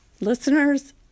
listeners